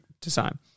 design